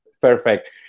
Perfect